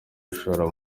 gushora